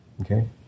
Okay